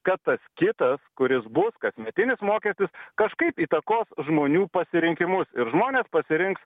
kad tas kitas kuris bus kasmetinis mokestis kažkaip įtakos žmonių pasirinkimus ir žmonės pasirinks